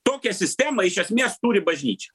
tokią sistemą iš esmės turi bažnyčia